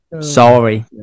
Sorry